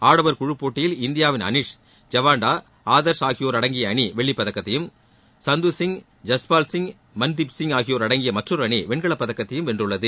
ஆடவர் குழு போட்டியில் இந்தியாவின் அனிஷ் ஜவான்டா ஆதர்ஷ் ஆகியோர் அடங்கிய அணி வெள்ளிப் பதக்கத்தையும் சந்து சிங் ஜஸ்பால் சிங் மன்தீப் சிங் ஆகியோர் அடங்கிய மற்றொரு அணி வெண்கலப் பதக்கத்தையும் வென்றுள்ளது